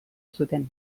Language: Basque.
zuten